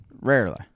Rarely